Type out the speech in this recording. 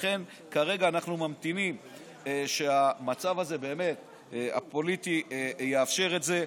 וכרגע אנחנו ממתינים שהמצב הפוליטי יאפשר את זה,